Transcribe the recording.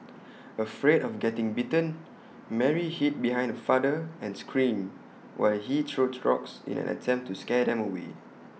afraid of getting bitten Mary hid behind her father and screamed while he threw rocks in an attempt to scare them away